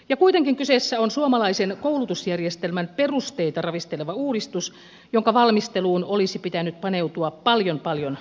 ja kuitenkin kyseessä on suomalaisen koulutusjärjestelmän perusteita ravisteleva uudistus jonka valmisteluun olisi pitänyt paneutua paljon paljon vakavammin